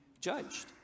judged